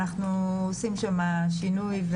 אנחנו עושים שם שינוי.